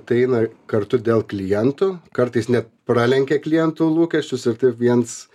tai eina kartu dėl klientų kartais net pralenkia klientų lūkesčius ir taip viens